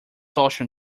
social